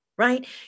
Right